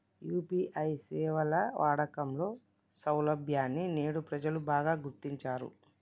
UPI సేవల వాడకంలో సౌలభ్యాన్ని నేడు ప్రజలు బాగా గుర్తించారు